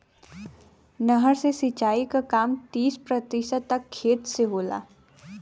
नहर से सिंचाई क काम तीस प्रतिशत तक खेत से होला